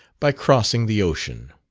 by crossing the ocean.